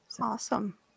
Awesome